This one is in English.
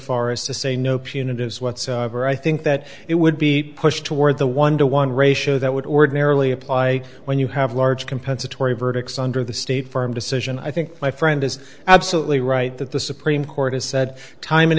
far as to say no punitive whatsoever i think that it would be pushed toward the one to one ratio that would ordinarily apply when you have large compensatory verdicts under the state firm decision i think my friend is absolutely right that the supreme court has said time and